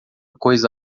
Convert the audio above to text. coisa